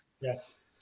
Yes